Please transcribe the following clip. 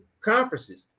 conferences